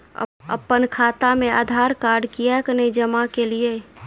अप्पन खाता मे आधारकार्ड कियाक नै जमा केलियै?